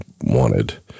wanted